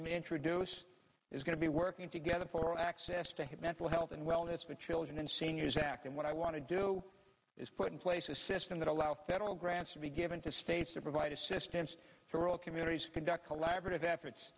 i'm introduced is going to be working together for access to his mental health and wellness with children and seniors act and what i want to do is put in place a system that allow federal grants to be given to states to provide assistance world communities conduct collaborative efforts